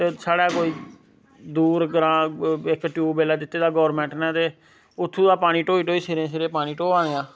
ते स्हाड़ा कोई दूर ग्रां इक टयूबवेल ऐ दित्ते दा गौरमैंट ने ते उत्थूं दा ढोई ढोई सिरे सिरे पानी ढोआ दे आं